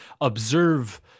observe